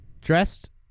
dressed